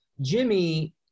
Jimmy